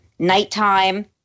Nighttime